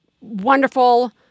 wonderful